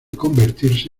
convertirse